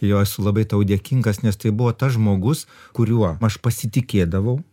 jo esu labai tau dėkingas nes tai buvo tas žmogus kuriuo aš pasitikėdavau